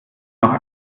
noch